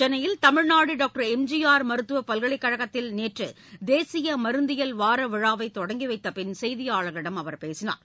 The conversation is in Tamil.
சென்னையில் தமிழ்நாடு டாக்டர் எம்ஜிஆர் மருத்துவப் பல்கலைக்கழகத்தில் நேற்று தேசிய மருந்தியல் வாரவிழாவை தொடங்கி வைத்தபின் செய்தியாளர்களிடம் அவர் பேசினார்